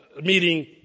meeting